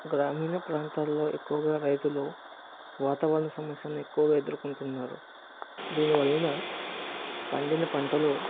గ్రామీణ ప్రాంతాల్లో ఎక్కువగా రైతులు వాతావరణ సమస్యలను ఎక్కువగా ఎదురుకుంటున్నారు దీని వలన పండిన పంటలు